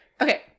Okay